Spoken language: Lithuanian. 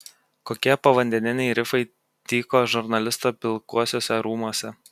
kokie povandeniniai rifai tyko žurnalisto pilkuosiuose rūmuose